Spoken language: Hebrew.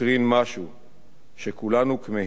שכולנו כמהים שיהיו רבים כמותו.